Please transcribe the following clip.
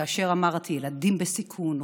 כאשר אמרתי: ילדים בסיכון,